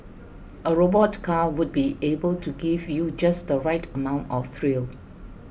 a robot car would be able give you just the right amount of thrill